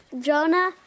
Jonah